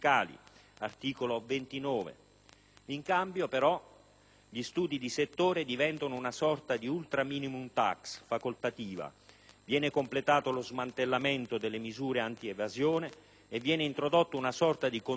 in cambio gli studi di settore diventano una sorta di ultra *minimum tax* facoltativa; viene completato lo smantellamento delle misure antievasione e viene introdotta una sorta di condono personalizzato permanente.